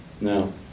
no